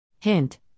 Hint